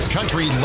Country